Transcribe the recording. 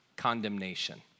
Condemnation